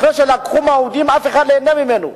אחרי שלקחו מהעובדים, אף אחד לא נהנה ממנו.